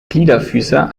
gliederfüßer